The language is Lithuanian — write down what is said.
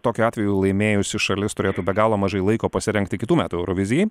tokiu atveju laimėjusi šalis turėtų be galo mažai laiko pasirengti kitų metų eurovizijai